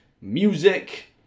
music